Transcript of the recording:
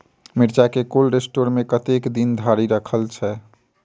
मिर्चा केँ cold store मे कतेक दिन धरि राखल छैय?